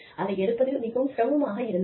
அதை எடுப்பது மிகவும் சிரமமாக இருந்தது